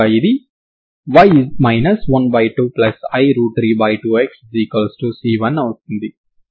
xC1 అవుతుంది